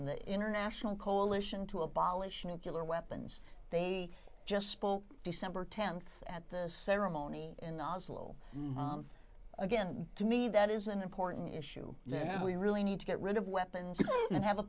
can the international coalition to abolish nucular weapons he just spoke december th at the ceremony in oslo again to me that is an important issue yeah we really need to get rid of weapons and have a